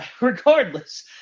Regardless